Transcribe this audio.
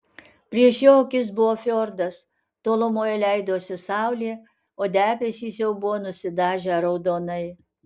prieš jo akis buvo fjordas tolumoje leidosi saulė o debesys jau buvo nusidažę raudonai